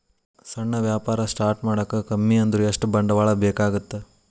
ಸಣ್ಣ ವ್ಯಾಪಾರ ಸ್ಟಾರ್ಟ್ ಮಾಡಾಕ ಕಮ್ಮಿ ಅಂದ್ರು ಎಷ್ಟ ಬಂಡವಾಳ ಬೇಕಾಗತ್ತಾ